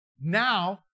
Now